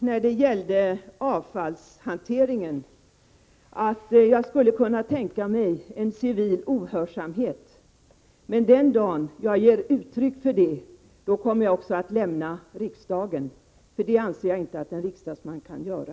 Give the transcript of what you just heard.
När det gällde avfallshanteringen har jag sagt att jag skulle kunna tänka mig civil ohörsamhet, men den dag jag ger uttryck för detta kommer jag också att lämna riksdagen, för det anser jag inte att en riksdagsman kan göra.